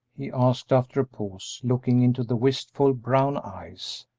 he asked, after a pause, looking into the wistful brown eyes.